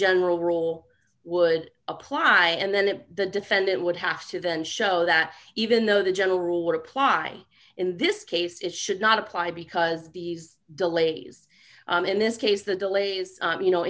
general rule would apply and then the defendant would have to then show that even though the general rule would apply in this case it should not apply because these delays in this case the delays you know